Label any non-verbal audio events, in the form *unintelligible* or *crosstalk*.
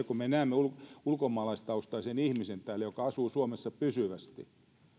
*unintelligible* kun me näemme ulkomaalaistaustaisen ihmisen joka asuu suomessa pysyvästi